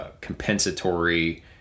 compensatory